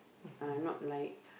uh not like